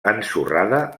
ensorrada